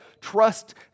trust